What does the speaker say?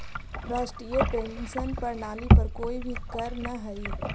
राष्ट्रीय पेंशन प्रणाली पर कोई भी करऽ न हई